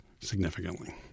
significantly